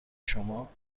شما